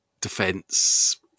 defense